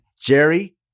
Jerry